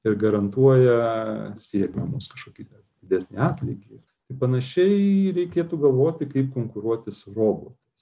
ir garantuoja sėkmę mūsų kažkokiais didesnį atlygį tai panašiai reikėtų galvoti kaip konkuruoti su robotais